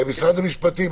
משרד המשפטים.